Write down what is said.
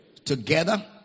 Together